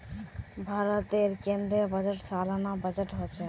भारतेर केन्द्रीय बजट सालाना बजट होछे